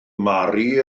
mary